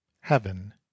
Heaven